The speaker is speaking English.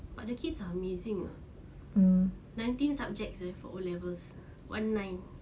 but the kids are amazing nineteen subjects eh for O levels one nine